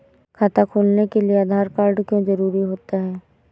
खाता खोलने के लिए आधार कार्ड क्यो जरूरी होता है?